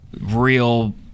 real